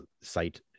site